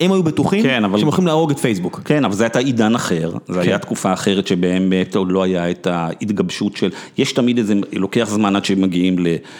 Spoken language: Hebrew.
הם היו בטוחים, שהם הולכים להרוג את פייסבוק. כן, אבל זה היה עידן אחר, זו הייתה תקופה אחרת שבאמת עוד לא הייתה התגבשות של... יש תמיד איזה... לוקח זמן עד שמגיעים ל...